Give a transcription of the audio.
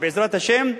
"בעזרת השם"